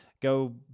Go